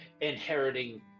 inheriting